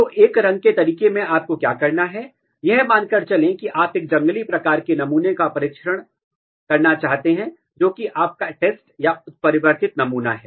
तो एक रंग के तरीके में आपको क्या करना है यह मानकर चलें कि आप एक जंगली प्रकार के नमूने का परीक्षण करना चाहते हैं जो कि आपका टेस्ट या उत्परिवर्तित नमूना है